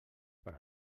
per